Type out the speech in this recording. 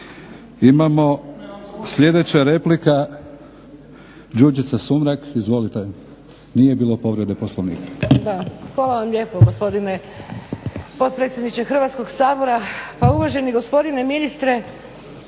Imamo, sljedeća replika